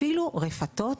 אפילו רפתות,